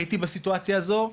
הייתי בסיטואציה הזו,